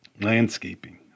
landscaping